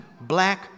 black